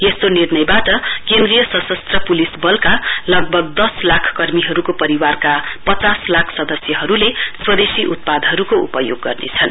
यस्तो निर्णयवाट केन्द्रीय सशस्त्र पुलिस वलको लगभग दस लाख कर्मीहरुको परिवारका पचास लाख सदस्यहरुले स्वदेशी उत्पादहरुको उपयोग गर्नेछन्